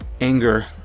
Anger